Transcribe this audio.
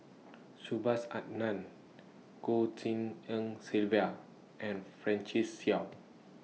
Subhas Anandan Goh Tshin En Sylvia and Francis Seow